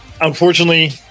Unfortunately